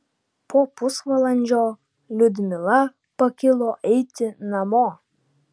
po pusvalandžio liudmila pakilo eiti namo